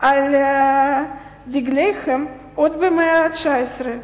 על דגליהן עוד במאה ה-19.